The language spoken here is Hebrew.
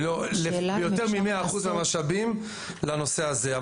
יותר מ-100% מהמשאבים לנושא הזה.